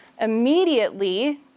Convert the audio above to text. immediately